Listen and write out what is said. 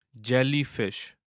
Jellyfish